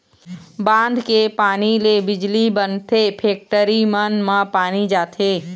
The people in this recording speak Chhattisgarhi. बांध के पानी ले बिजली बनथे, फेकटरी मन म पानी जाथे